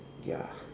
ya